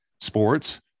sports